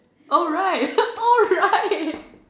oh right oh right